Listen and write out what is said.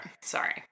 Sorry